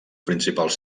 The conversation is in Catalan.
principals